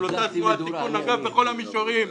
בכל המישורים: